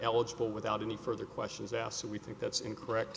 eligible without any further questions asked so we think that's incorrect